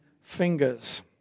fingers